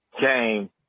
game